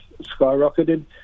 skyrocketed